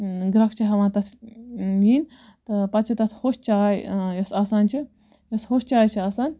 گرکھ چھِ ہیٚوان تتھ یِن تہٕ پَتہٕ چھِ تتھ ہوٚچھ چاے یۄس آسان چھِ یۄس ہوٚچھ چاے چھِ آسان